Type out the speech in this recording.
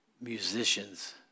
musicians